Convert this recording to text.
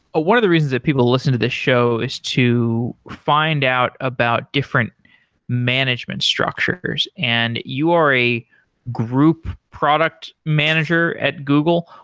one of the reasons that people listen to this show is to find out about different management structures. and you are a group product manager at google.